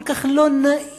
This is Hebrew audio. כל כך לא נעים,